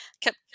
Kept